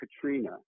Katrina